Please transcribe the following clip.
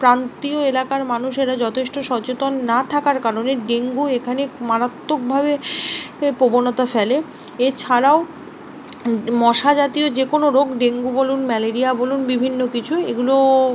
প্রান্তীয় এলাকার মানুষেরা যথেষ্ট সচেতন না থাকার কারণে ডেঙ্গু এখানে মারাত্মকভাবে প্রবণতা ফেলে এছাড়াও মশা জাতীয় যে কোনো রোগ ডেঙ্গু বলুন ম্যালেরিয়া বলুন বিভিন্ন কিছুই এগুলো